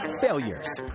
failures